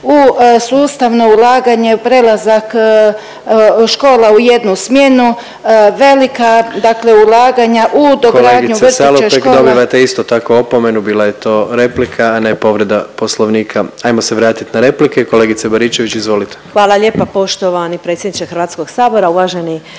sustavno ulaganje u prelazak škola u jednu smjenu, velika dakle ulaganja u dogradnju vrtića, škole … **Jandroković, Gordan (HDZ)** Kolegice Salopek dobivate isto tako opomenu bila je to replika, a ne povreda Poslovnika. Ajmo se vratit na replike, kolegice Baričević, izvolite. **Baričević, Danica (HDZ)** Hvala lijepa poštovani predsjedniče Hrvatskog sabora. Uvaženi